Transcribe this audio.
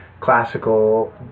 classical